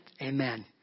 Amen